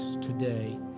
today